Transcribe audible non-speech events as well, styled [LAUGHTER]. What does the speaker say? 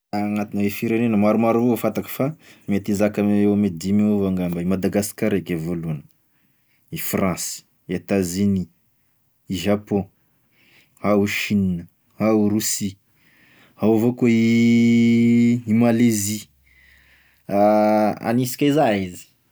Agnatine firenena maromaro avao e fantako, fa mety hizaka ame eo ame dimy eo ngamba: i Madagasikara eka e voalohany, i Fransy, i Etats Unis, i Japon, ao i China, ao Rosia, ao avao koa i [HESITATION] Malaisie, [HESITATION] hanisike zay izy.